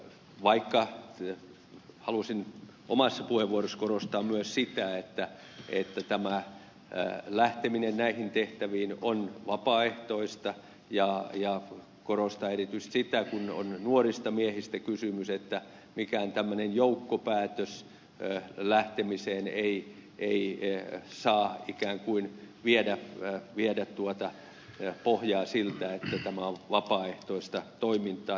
vaikka halusin omassa puheenvuorossani korostaa myös sitä että tämä lähteminen näihin tehtäviin on vapaaehtoista ja korostaa erityisesti sitä kun on nuorista miehistä kysymys että mikään tämmöinen joukkopäätös lähtemiseen ei saa ikään kuin viedä pohjaa siltä että tämä on vapaaehtoista toimintaa